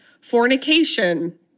fornication